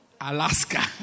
Alaska